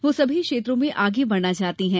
वह सभी क्षेत्रों में आगे बढ़ना चाहती हैं